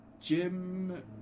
Jim